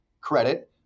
credit